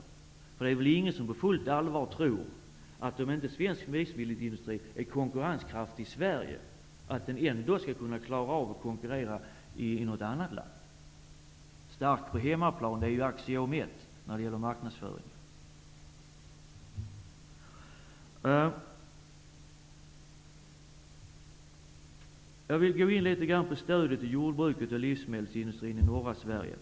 Ingen tror väl på fullt allvar att om en svensk livsmedelsindustri inte är konkurrenskraftig i Sverige, skall den ändå klara att konkurrera i något annat land. Att man skall vara stark på hemma plan är axiom nr 1 inom marknadsföringen. Jag vill något gå in på stödet till jordbruket och livsmedelsindustrin i norra Sverige.